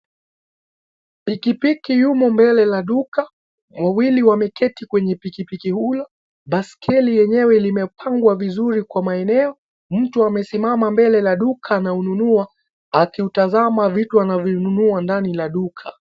Pikipiki yumo mbele la duka, wawili wameketi kwenye pikipiki hulo. Baiskeli lenyewe limepangwa vizuri kwa maeneo, mtu amesimama mbele la duka anaoununua, akiutazama vitu anavyonunua ndani la duka.